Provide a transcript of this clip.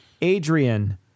Adrian